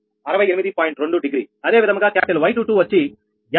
2 degree అదే విధముగా capital 𝑌22 వచ్చి 58